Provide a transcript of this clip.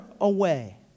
away